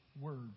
word